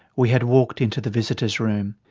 we had walked into the visitors' room.